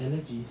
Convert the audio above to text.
allergies